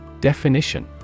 Definition